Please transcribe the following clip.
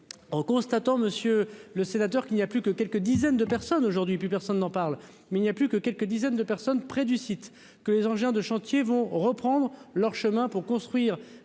en constatant, monsieur le sénateur, qu'il n'y a plus que quelques dizaines de personnes aujourd'hui plus personne n'en parle, mais il n'y a plus que quelques dizaines de personnes près du site que les engins de chantiers vont reprendre leur chemin pour construire